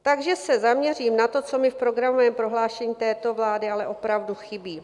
Takže se zaměřím na to, co mi v programovém prohlášení této vlády ale opravdu chybí.